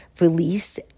released